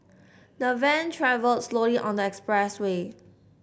the van travelled slowly on the expressway